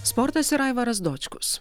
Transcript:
sportas ir aivaras dočkus